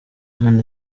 none